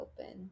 open